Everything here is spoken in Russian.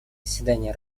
заседания